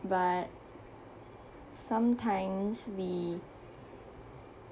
but sometimes we